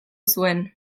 zuen